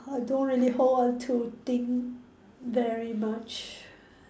I don't really hold on to thing very much